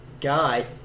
guy